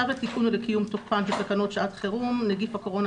צו לתיקון ולקיום תוקפן של תקנות שעת חירום (נגיף הקורונה